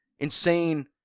insane